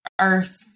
earth